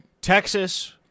Texas